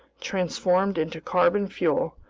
transformed into carbon fuel,